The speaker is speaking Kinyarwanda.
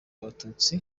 abatutsi